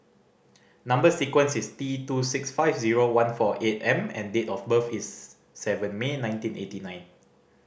number sequence is T two six five zero one four eight M and date of birth is seven May nineteen eighty nine